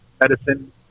medicine